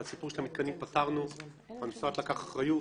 ואת סיפור המתקנים פתרנו והמשרד לקח אחריות,